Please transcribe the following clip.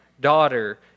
daughter